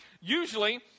Usually